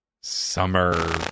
summer